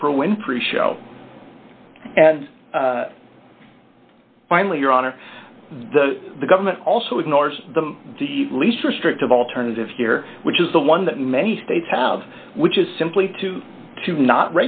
oprah winfrey show and finally your honor the government also ignores the least restrictive alternative here which is the one that many states have which is simply to to not